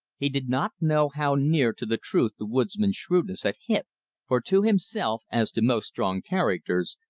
he did not know how near to the truth the woodsman's shrewdness had hit for to himself, as to most strong characters,